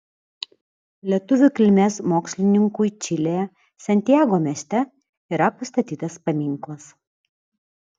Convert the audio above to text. lietuvių kilmės mokslininkui čilėje santjago mieste yra pastatytas paminklas